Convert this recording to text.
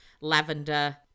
lavender